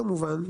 כמובן.